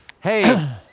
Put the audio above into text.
hey